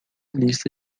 lista